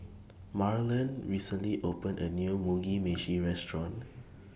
Marlon recently opened A New Mugi Meshi Restaurant